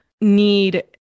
need